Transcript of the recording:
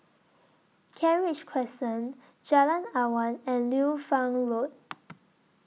Kent Ridge Crescent Jalan Awan and Liu Fang Road